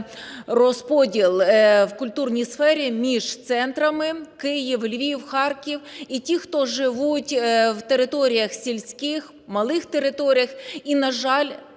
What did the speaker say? розподіл в культурній сфері між центрами Київ, Львів, Харків, і ті, хто живуть в територіях сільських, малих територіях, і, на жаль,